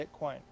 Bitcoin